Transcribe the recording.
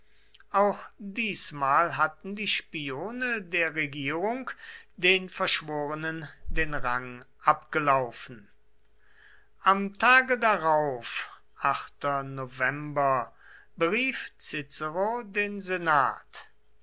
auch diesmal hatten die spione der regierung den verschworenen den rang abgelaufen am tage darauf berief cicero den senat